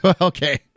Okay